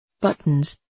Buttons